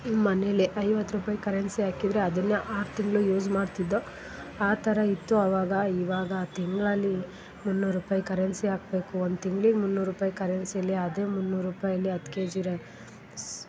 ಮನೆಲ್ಲೇ ಐವತ್ತು ರೂಪಾಯಿ ಕರೆನ್ಸಿ ಹಾಕಿದ್ರೆ ಅದನ್ನು ಆರು ತಿಂಗಳು ಯೂಸ್ ಮಾಡ್ತಿದ್ದೊ ಆ ಥರ ಇತ್ತು ಅವಾಗ ಇವಾಗ ತಿಂಗಳಲ್ಲಿ ಮುನ್ನೂರು ರೂಪಾಯಿ ಕರೆನ್ಸಿ ಹಾಕ್ಬೇಕು ಒಂದು ತಿಂಗ್ಳಿಗೆ ಮುನ್ನೂರು ರೂಪಾಯಿ ಕರೆನ್ಸಿಯಲ್ಲಿ ಅದೇ ಮುನ್ನೂರು ರೂಪಾಯಲ್ಲಿ ಹತ್ತು ಕೆಜಿ ರೈಸ್